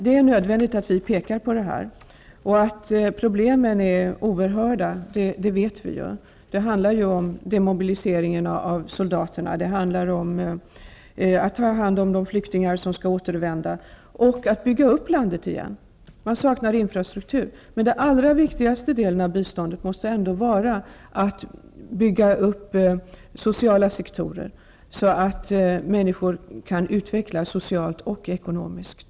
Det är nödvändigt att vi peker på detta. Att problemen är oerhört stora vet vi. Det handlar ju om demobilisering av soldater, att ta hand om de flyktingar som skall återvända och att bygga upp landet igen. Landet saknar infrastruktur. Men det allra viktigaste när det gäller biståndet måste ändå vara att bygga upp sociala sektorer, så att människor kan utvecklas socialt och ekonomiskt.